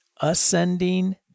Ascending